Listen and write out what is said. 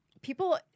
people